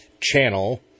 channel